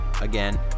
again